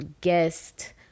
guest